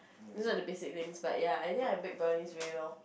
these are the basic things but ya I think I bake brownies really well